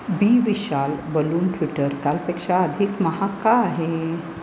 बी विशाल balloon Twitter कालपेक्षा अधिक महाग का आहे